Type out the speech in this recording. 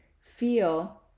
Feel